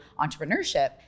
entrepreneurship